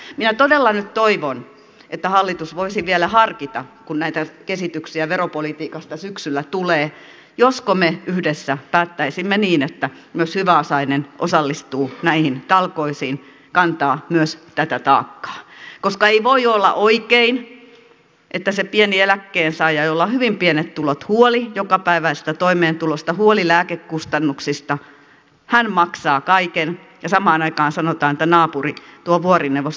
ja minä todella nyt toivon että hallitus voisi vielä harkita kun näitä esityksiä veropolitiikasta syksyllä tulee josko me yhdessä päättäisimme niin että myös hyväosainen osallistuu näihin talkoisiin kantaa myös tätä taakkaa koska ei voi olla oikein että se pieni eläkkeensaaja jolla on hyvin pienet tulot huoli jokapäiväisestä toimeentulosta huoli lääkekustannuksista maksaa kaiken ja samaan aikaan sanotaan että naapuri tuo vuorineuvos tuolla ei tingi